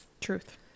Truth